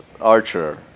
Archer